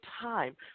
time